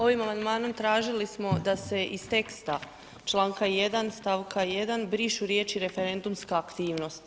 Ovim amandmanom tražili smo da se iz teksta članka 1. stavka 1. brišu riječi: „referendumska aktivnost“